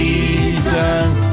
Jesus